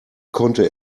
konnte